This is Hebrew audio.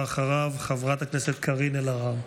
אחריו, חברת הכנסת קארין אלהרר.